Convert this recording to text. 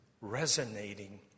resonating